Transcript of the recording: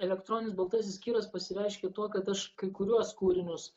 elektroninis baltasis kiras pasireiškė tuo kad aš kai kuriuos kūrinius